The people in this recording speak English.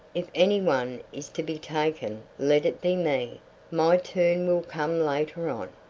if any one is to be taken let it be me my turn will come later on.